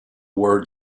word